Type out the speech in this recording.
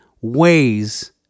ways